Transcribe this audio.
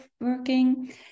working